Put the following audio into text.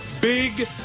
big